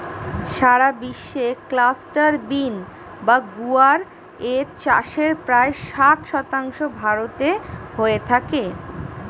সারা বিশ্বে cluster bean বা গুয়ার এর চাষের প্রায় ষাট শতাংশ ভারতে হয়ে থাকে